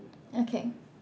okay